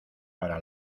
para